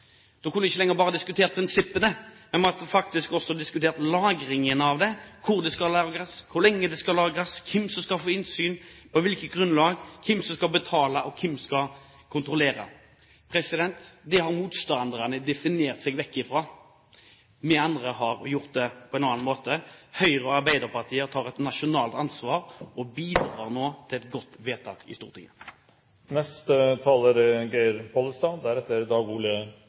da ville de ha blitt avslørt. Da kunne vi ikke lenger bare ha diskutert prinsippene, vi måtte faktisk også ha diskutert lagringen av det, hvor det skal lagres, hvor lenge det skal lagres, hvem som skal få innsyn, på hvilket grunnlag, hvem som skal betale, og hvem som skal kontrollere. Det har motstanderne definert seg vekk fra. Vi andre har gjort det på en annen måte. Høyre og Arbeiderpartiet har tatt et nasjonalt ansvar og bidrar nå til et godt vedtak i